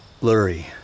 Blurry